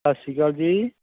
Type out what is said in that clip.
ਸਤਿ ਸ਼੍ਰੀ ਅਕਾਲ ਜੀ